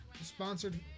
sponsored